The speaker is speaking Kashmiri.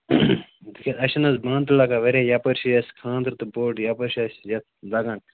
تِکیٛازِ اَسہِ چھِنہٕ حظ بانہٕ تہِ لگان واریاہ یَپٲرۍ چھِ اَسہِ خانٛدَر تہِ بوٚڈ یَپٲرۍ چھِ اَسہِ یَتھ لگان